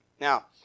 Now